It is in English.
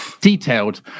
detailed